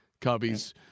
Cubbies